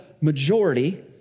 majority